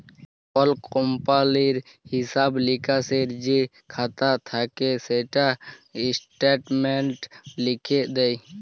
call কমপালির হিঁসাব লিকাসের যে খাতা থ্যাকে সেটা ইস্ট্যাটমেল্টে লিখ্যে দেয়